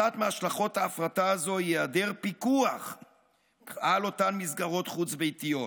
אחת מהשלכות ההפרטה הזאת היא היעדר פיקוח על אותן מסגרות חוץ-ביתיות.